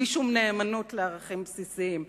בלי שום נאמנות לערכים בסיסיים.